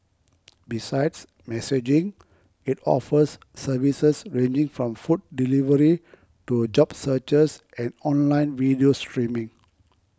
besides messaging it offers services ranging from food delivery to job searches and online video streaming